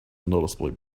noticeably